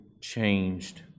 changed